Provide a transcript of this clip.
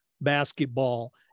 basketball